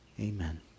Amen